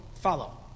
follow